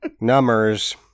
numbers